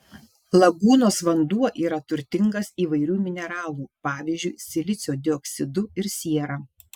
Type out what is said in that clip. lagūnos vanduo yra turtingas įvairių mineralų pavyzdžiui silicio dioksidu ir siera